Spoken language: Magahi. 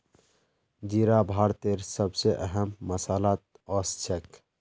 जीरा भारतेर सब स अहम मसालात ओसछेख